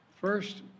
First